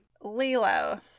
Lilo